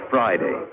Friday